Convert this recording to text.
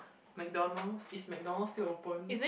McDonald's is McDonald's still open